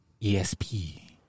ESP